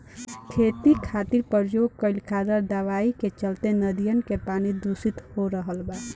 खेती खातिर प्रयोग कईल खादर दवाई के चलते नदियन के पानी दुसित हो रहल बा